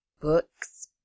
books